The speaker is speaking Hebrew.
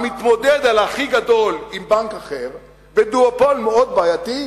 המתמודד על ה"הכי גדול" עם בנק אחר בדואופול מאוד בעייתי,